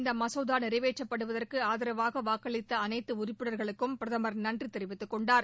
இந்த மசோதா நிறைவேற்றப்படுவதற்கு ஆதரவாக வாக்களித்த அனைத்து உறுப்பினர்களுக்கும் பிரதமர் நன்றி தெரிவித்துக் கொண்டார்